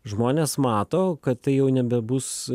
žmonės mato kad tai jau nebebus